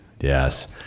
Yes